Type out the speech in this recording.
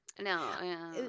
No